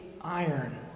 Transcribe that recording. iron